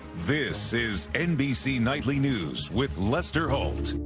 this is nbc nightly news with lester holt.